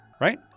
right